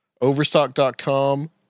Overstock.com